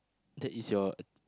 that is your